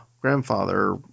Grandfather